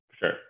Sure